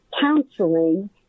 counseling